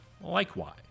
likewise